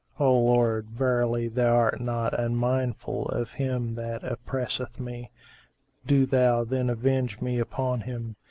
o lord, verily thou art not unmindful of him that oppresseth me do thou then avenge me upon him!